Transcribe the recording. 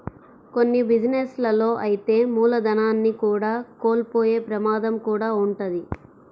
కొన్ని బిజినెస్ లలో అయితే మూలధనాన్ని కూడా కోల్పోయే ప్రమాదం కూడా వుంటది